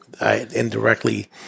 indirectly